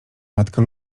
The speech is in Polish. matka